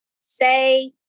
say